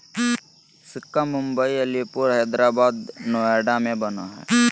सिक्का मुम्बई, अलीपुर, हैदराबाद, नोएडा में बनो हइ